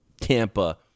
Tampa